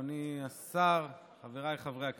אדוני השר, חבריי חברי הכנסת,